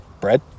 bread